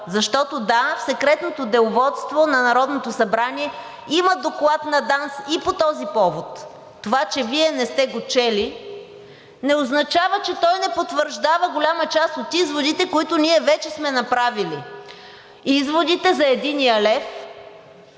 защото, да, в Секретното деловодство на Народното събрание има Доклад на ДАНС и по този повод. Това, че Вие не сте го чели, не означава, че той не потвърждава голяма част от изводите, които ние вече сме направили – изводите за единия лев,